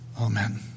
Amen